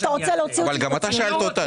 אתה רוצה להוציא אותי